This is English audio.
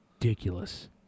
ridiculous